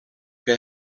que